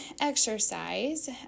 exercise